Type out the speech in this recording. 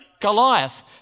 Goliath